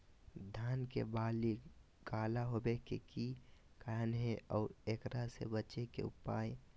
धान के बाली काला होवे के की कारण है और एकरा से बचे के उपाय?